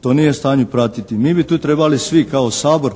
to nije u stanju pratiti. Mi bi tu trebali svi kao Sabor